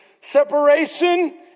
Separation